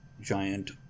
giant